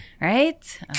right